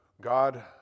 God